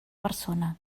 persona